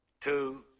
two